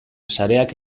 sareak